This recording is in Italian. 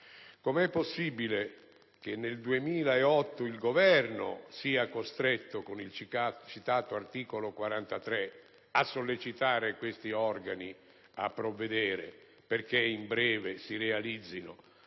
Come è possibile che nel 2008 il Governo sia costretto, con il citato articolo 43*-bis*, a sollecitare questi organi a provvedere perché in breve si realizzino